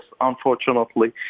unfortunately